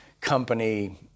company